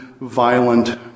violent